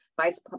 vice